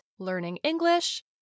learningenglish